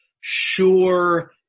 sure